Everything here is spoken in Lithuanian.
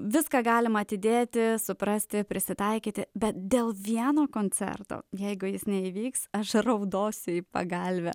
viską galim atidėti suprasti prisitaikyti bet dėl vieno koncerto jeigu jis neįvyks aš raudosiu į pagalvę